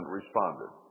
responded